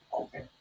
okay